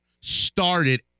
started